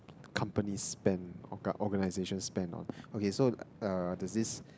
company spend co~ organisation spend on okay so uh there's this